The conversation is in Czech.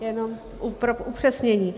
Jenom pro upřesnění.